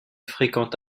fréquente